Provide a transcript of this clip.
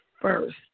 first